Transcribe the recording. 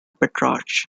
petrarch